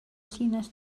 llinell